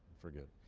forget